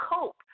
cope